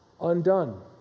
undone